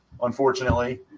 unfortunately